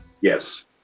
Yes